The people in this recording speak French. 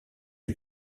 les